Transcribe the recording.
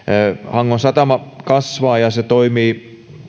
hangon satama kasvaa ja se toimii